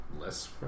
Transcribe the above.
less